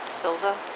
Silva